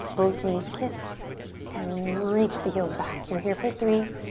both knees kiss and reach the heels back. you're here for three,